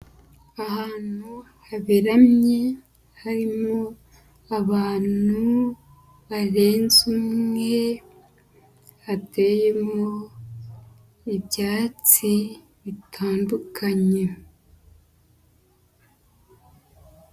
Ahantu haberamye, harimo abantu barenze umwe, hateyemo ibyatsi bitandukanye.